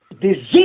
disease